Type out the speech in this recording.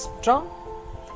strong